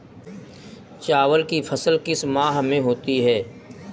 चावल की फसल किस माह में होती है?